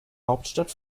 hauptstadt